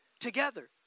together